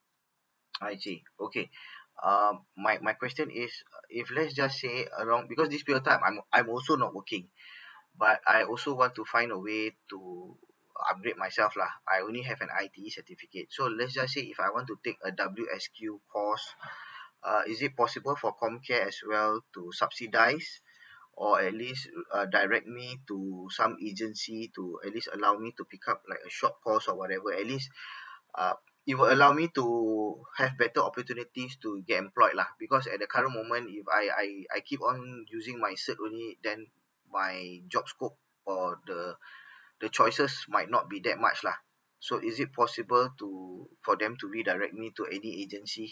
I see okay um my my question is uh if let's just say around because this period of time I'm I'm also not working but I also want to find a way to upgrade myself lah I only have an I_T certificate so let's just say if I want to take a W_S_Q course uh is it possible for COMCARE as well to subsidize or at least uh direct me to some agency to at least allow me to pick up like a short course or whatever at least uh it will allow me to have better opportunities to get employed lah because at the current moment if I I I keep on using my cert only then my job scope or the the choices might not be that much lah so is it possible to for them to redirect me to any agency